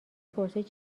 پرسید